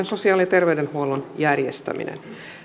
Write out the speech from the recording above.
sosiaali ja terveydenhuollon järjestäminen